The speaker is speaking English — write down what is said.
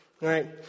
right